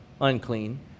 unclean